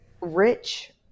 rich